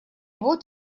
вот